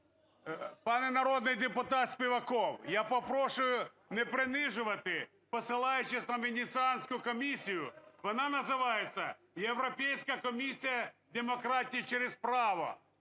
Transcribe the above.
пане народний депутат Співаковський, я попрошу не принижувати, посилаючись на Венеціанську комісію, вона називається Європейська комісія демократії через право.